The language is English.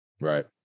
right